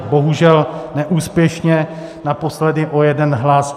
Bohužel neúspěšně, naposledy o jeden hlas.